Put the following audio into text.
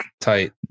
tight